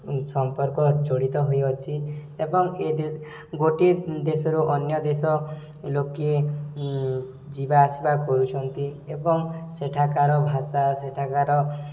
ସମ୍ପର୍କ ଜଡ଼ିତ ହୋଇଅଛି ଏବଂ ଏ ଗୋଟିଏ ଦେଶରୁ ଅନ୍ୟ ଦେଶ ଲୋକେ ଯିବାଆସିବା କରୁଛନ୍ତି ଏବଂ ସେଠାକାର ଭାଷା ସେଠାକାର